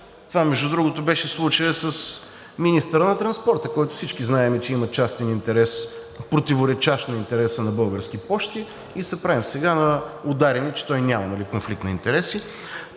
Това, между другото, беше случаят с министъра на транспорта, за който всички знаем, че има частен интерес, противоречащ на интереса на Български пощи, и се правим сега на ударени, че той няма конфликт на интереси.